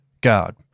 God